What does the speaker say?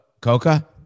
Coca